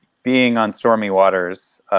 being on stormy waters.